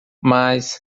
mas